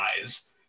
eyes